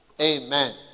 amen